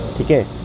Okay